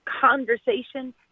Conversation